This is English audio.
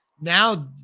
Now